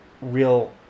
real